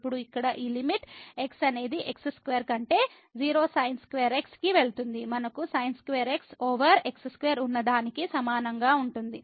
ఇప్పుడు ఇక్కడ ఈ లిమిట్ x అనేది x2 కంటే 0 sin2x కి వెళుతుంది మనకు sin2x ఓవర్ x2 ఉన్నదానికి సమానంగా ఉంటుంది